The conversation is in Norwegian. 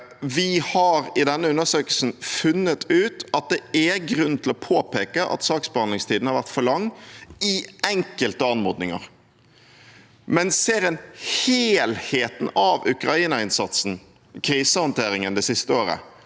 Vi har i denne undersøkelsen funnet ut at det er grunn til å påpeke at saksbehandlingstiden har vært for lang ved enkelte anmodninger, men ser en helheten i Ukraina-innsatsen og krisehåndteringen det siste året,